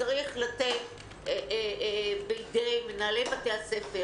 צריך לתת בידי מנהלי בתי הספר